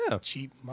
Cheap